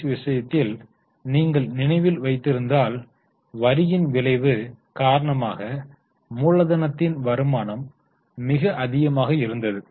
S விஷயத்தில் நீங்கள் நினைவில் வைத்திருந்தால் வரியின் விளைவு காரணமாக மூலதனத்தின் வருமானம் மிக அதிகமாக இருந்தது